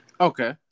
Okay